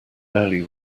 early